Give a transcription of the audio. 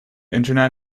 internet